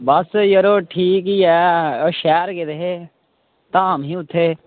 बस यरो ठीक ई ऐ एह् शैह्र गेदे हे धाम ही उत्थें